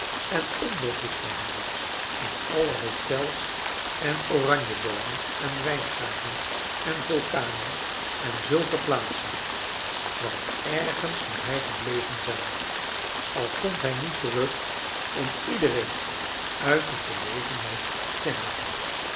en onderzoek naar hem doet in alle hotels en oranjeboomen en wijngaarden en vulkanen en zulke plaatsen want ergens moet hij gebleven zijn al komt hij niet terug om iedereen uit de verlegenheid te helpen